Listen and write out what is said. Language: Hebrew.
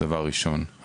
קופות החולים,